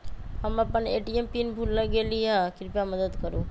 हम अपन ATM pin भूल गेली ह, कृपया मदत करू